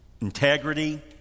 integrity